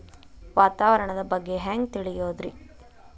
ವಾತಾವರಣದ ಬಗ್ಗೆ ಹ್ಯಾಂಗ್ ತಿಳಿಯೋದ್ರಿ?